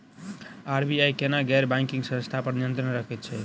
RBI केना गैर banking संस्था पर नियत्रंण राखैत छैक?